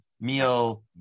meal